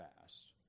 fast